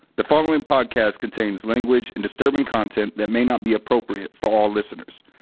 the following podcast contains language and disturbing content that may not be appropriate for all listeners.